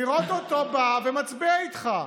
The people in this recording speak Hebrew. לראות אותו בא ומצביע איתך.